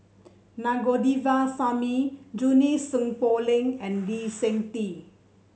Na Govindasamy Junie Sng Poh Leng and Lee Seng Tee